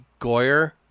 Goyer